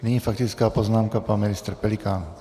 Nyní faktická poznámka, pan ministr Pelikán.